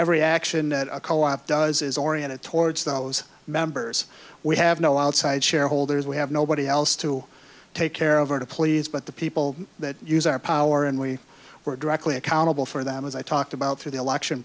every action that a co op does is oriented towards those members we have no outside shareholders we have nobody else to take care of or to please but the people that use our power and we were directly accountable for them as i talked about through the election